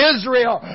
Israel